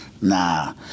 Nah